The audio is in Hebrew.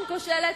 וביטחון,